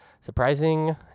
surprising